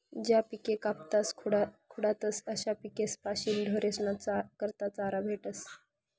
ज्या पिके कापातस खुडातस अशा पिकेस्पाशीन ढोरेस्ना करता चारा भेटस